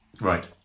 Right